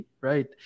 right